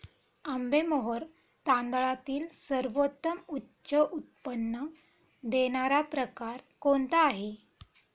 आंबेमोहोर तांदळातील सर्वोत्तम उच्च उत्पन्न देणारा प्रकार कोणता आहे?